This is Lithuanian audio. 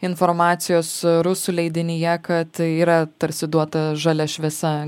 informacijos rusų leidinyje kad yra tarsi duota žalia šviesa